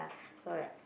so that